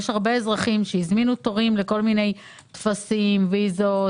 יש הרבה אזרחים שהזמינו תורים לכל מיני טפסים וויזות,